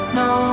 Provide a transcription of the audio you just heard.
no